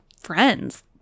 friends